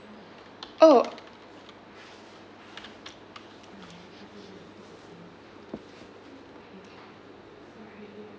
oh